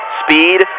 speed